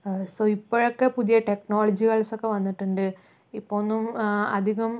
so ഇപ്പോഴൊക്കെ പുതിയ ടെക്നോളജികളൊക്കെ വന്നിട്ടുണ്ട് ഇപ്പോൾ ഒന്നും അധികം